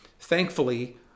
Thankfully